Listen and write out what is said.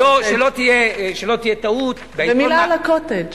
שלא תהיה טעות, ומלה על ה"קוטג'".